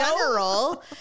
general